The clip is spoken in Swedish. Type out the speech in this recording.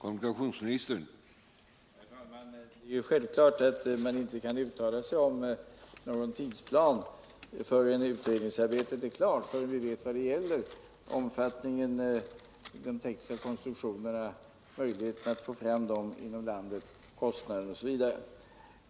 Herr talman! Självfallet kan jag inte uttala mig om någon tidsplan förrän utredningsarbetet är klart och vi vet mera om omfattningen av de tekniska konstruktionerna, möjligheterna att få fram dem inom landet, kostnaderna för dem osv.